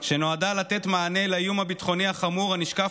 שנועדה לתת מענה לאיום הביטחוני החמור הנשקף